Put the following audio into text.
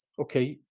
okay